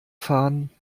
fahren